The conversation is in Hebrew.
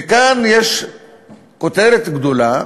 וכאן יש כותרת גדולה